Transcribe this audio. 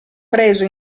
preso